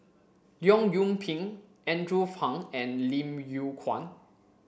Leong Yoon Pin Andrew Phang and Lim Yew Kuan